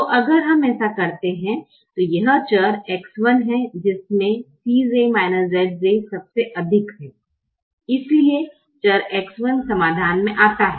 तो अगर हम ऐसा करते हैं तो यह चर X 1 है जिसमें Cj Zj सबसे अधिक है इसलिए चर X 1 समाधान में आता है